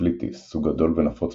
הופליטיס – סוג גדול ונפוץ